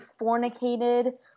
fornicated